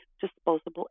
disposable